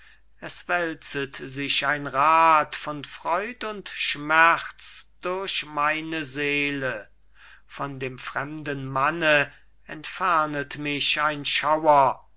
es wälzet sich ein rad von freud und schmerz durch meine seele von dem fremden manne entfernet mich ein schauer